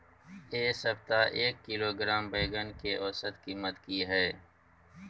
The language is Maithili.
ऐ सप्ताह एक किलोग्राम बैंगन के औसत कीमत कि हय?